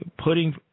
putting